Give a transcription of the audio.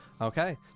Okay